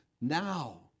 now